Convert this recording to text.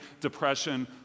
depression